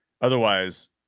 otherwise